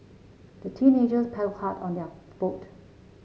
the teenagers paddled hard on their boat